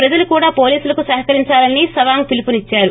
ప్రజలు కూడా పోలీసులకు సహకరిందాలని సవాంగ్ పిలుపునిద్చారు